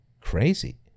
crazy